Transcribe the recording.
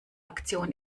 aktion